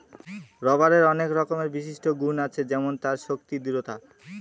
রবারের আনেক রকমের বিশিষ্ট গুন আছে যেমন তার শক্তি, দৃঢ়তা